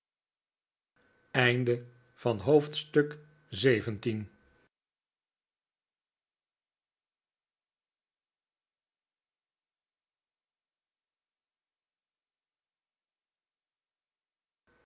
hoofdstuk van deze